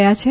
ગયા છે